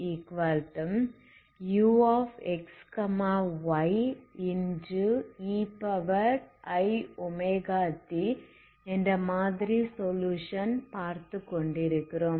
uxytuxyeiwtஎன்ற மாதிரி சொலுயுஷன் பார்த்து கொண்டிருக்கிறோம்